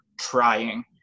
trying